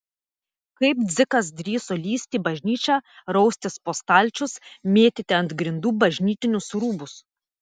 kaip dzikas drįso lįsti į bažnyčią raustis po stalčius mėtyti ant grindų bažnytinius rūbus